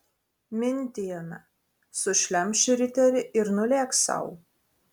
mintijome sušlemš riterį ir nulėks sau